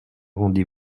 rendez